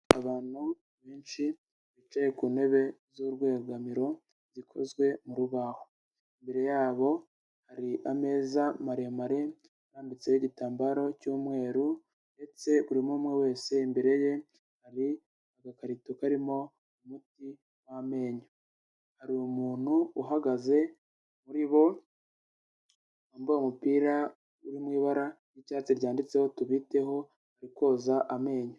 Abantu benshi bicaye ku ntebe z'urwugamiro zikozwe mu rubaho imbere yabo hari ameza maremare yambitseho igitambaro cy'umweru ndetse buri umwe umwe wese imbere ye hari agakarito karimo umuti w'amenyo, hari umuntu uhagaze muri bo yambaye umupira uri mu ibara ry'icyatsi ryanditseho tubiteho koza amenyo.